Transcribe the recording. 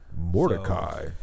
Mordecai